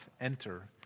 enter